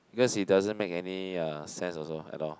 because it doesn't make any uh sense also at all